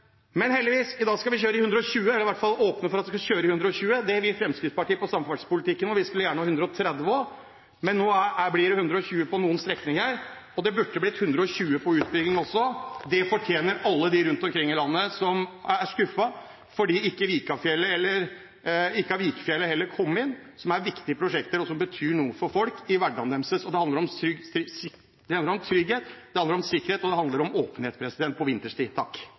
Men i dag skal vi heldigvis kjøre i 120 km/t – eller i hvert fall åpne for at vi kan kjøre i 120 km/t. Det vil Fremskrittspartiet i samferdselspolitikken. Vi skulle gjerne hatt 130 km/t også, men nå blir det 120 km/t på noen strekninger. Det burde blitt 120 km/t på utbygging også. Det fortjener alle de rundt omkring i landet som er skuffet, f.eks. fordi Vikafjellet heller ikke har kommet inn. Det er et viktig prosjekt som betyr noe for folk i hverdagen deres. Det handler om trygghet. Det handler om sikkerhet, og det handler om åpenhet på vinterstid.